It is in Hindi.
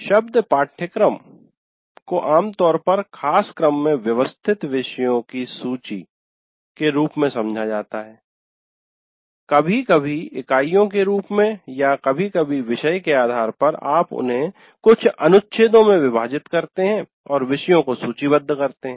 शब्द पाठ्यक्रम को आम तौर पर ख़ास क्रम में व्यवस्थित विषयों की सूची के रूप में समझा जाता है कभी कभी इकाइयों के रूप में या कभी कभी विषय के आधार पर आप उन्हें कुछ अनुच्छेदों में विभाजित करते हैं और विषयों को सूचीबद्ध करते हैं